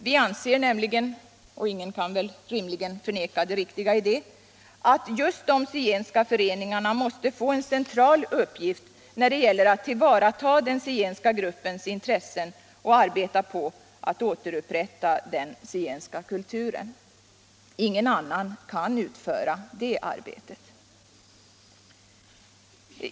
Vi anser nämligen — och ingen kan rimligen förneka det riktiga i det — att just de zigenska föreningarna måste få en central uppgift när det gäller att tillvarata den zigenska gruppens intressen och arbeta på att återupprätta den zigenska kulturen. Ingen annan kan utföra det arbetet.